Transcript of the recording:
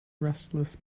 restless